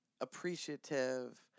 appreciative